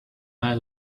may